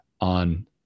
on